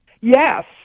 Yes